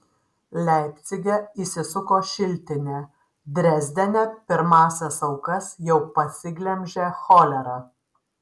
leipcige įsisuko šiltinė drezdene pirmąsias aukas jau pasiglemžė cholera